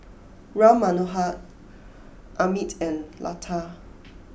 Ram Manohar Amit and Lata